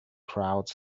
crowd